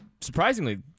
Surprisingly